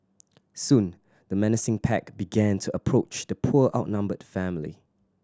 soon the menacing pack began to approach the poor outnumbered family